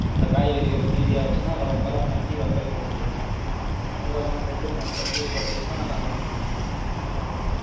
இந்த காய்கறிகள் மீதியாச்சின்னால் அதை வற்றலா மாற்றி வற்றல் போட்டுக்கிட்டிருக்கோம் இதெல்லாம் போட்டு மற்றபடி பார்த்திங்கன்னா